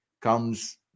comes